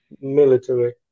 military